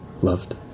Loved